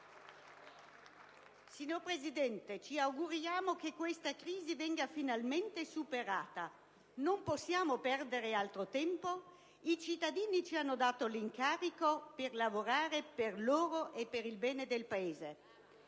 Signor Presidente, ci auguriamo che questa crisi venga finalmente superata: non possiamo perdere altro tempo, i cittadini ci hanno dato l'incarico di lavorare per loro e per il bene del Paese.